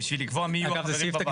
בשביל לקבוע מי יהיו החברים בוועדה?